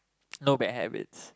no bad habits